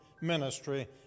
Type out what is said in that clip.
ministry